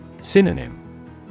Synonym